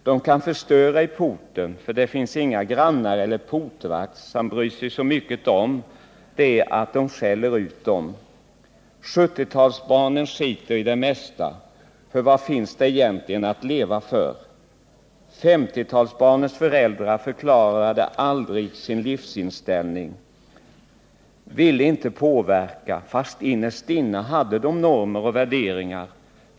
Dom kan förstöra i porten, för det finns inga grannar eller portvakt som bryr sig så mycket om det att dom skäller ut dom. 70-talsbarnen skiter i det mesta. För vad finns det egentligen att leva för? Ville inte påverka. Fast innerst inne hade dom normer och värderingar.